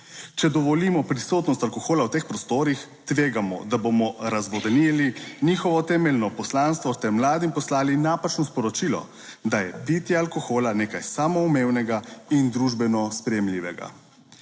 Če dovolimo prisotnost alkohola v teh prostorih, tvegamo, da bomo razvodeneli njihovo temeljno poslanstvo, s tem mladim poslali napačno sporočilo, da je pitje alkohola nekaj samoumevnega in družbeno sprejemljivega